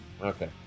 Okay